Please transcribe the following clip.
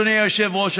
אדוני היושב-ראש,